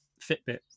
Fitbit